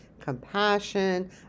compassion